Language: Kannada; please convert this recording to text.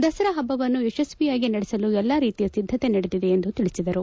ದಸರಾ ಹಬ್ಲವನ್ನು ಯಶಸ್ತಿಯಾಗಿ ನಡೆಸಲು ಎಲ್ಲ ರೀತಿಯ ಸಿದ್ದತೆ ನಡೆದಿದೆ ಎಂದು ತಿಳಿಸಿದರು